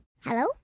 Hello